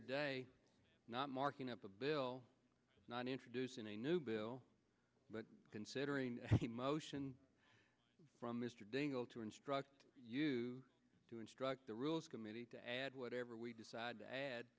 today not marking up a bill not introducing a new bill but considering the motion from mr dingell to instruct you to instruct the rules committee to add whatever we decide to add